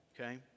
Okay